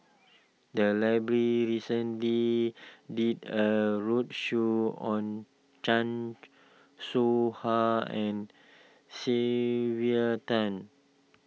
the library recently did a roadshow on Chan Soh Ha and Sylvia Tan